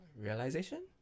realization